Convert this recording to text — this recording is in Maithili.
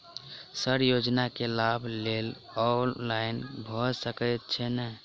सर योजना केँ लाभ लेबऽ लेल ऑनलाइन भऽ सकै छै नै?